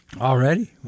Already